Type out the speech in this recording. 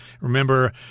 Remember